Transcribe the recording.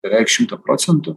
beveik šimtą procentų